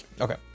okay